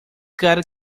cara